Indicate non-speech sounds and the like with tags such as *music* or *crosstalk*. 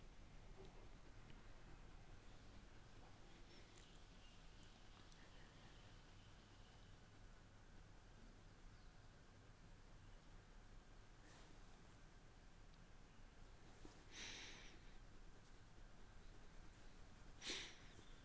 *noise*